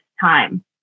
time